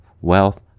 wealth